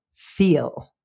Feel